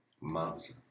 monster